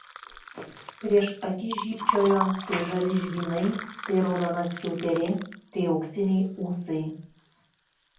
prieš akis žybčiojo tai žali žvynai tai raudona skiauterė tai auksiniai ūsai